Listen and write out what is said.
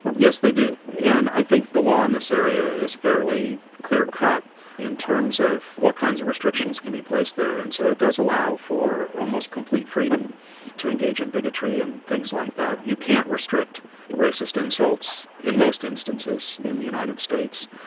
yes they do, and i think the law in this area is fairly clear-cut in terms of what kinds of restrictions can be placed there. and so it does allow for almost complete freedom to engage in bigotry and things like that. you can't restrict racist insults in most instances in the united states,